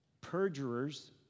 perjurers